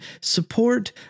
support